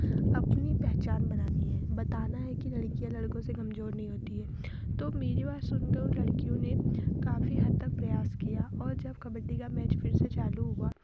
अपनी पहचान बनानी है बताना है कि लड़कियाँ लड़कों से कमज़ोर नहीं होती हैं तो मेरी बात सुनकर उन लड़कियों ने काफ़ी हद तक प्रयास किया और जब कबड्डी का मैच फिर से चालू हुआ